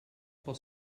pel